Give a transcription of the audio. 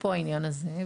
אפרופו העניין הזה.